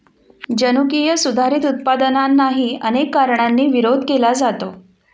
जनुकीय सुधारित उत्पादनांनाही अनेक कारणांनी विरोध केला जातो